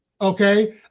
Okay